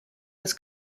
was